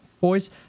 boys